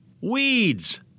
weeds